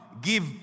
Give